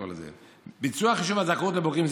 ביצוע חישוב הזכאות לבוגרים.